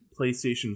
PlayStation